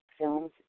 films